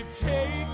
take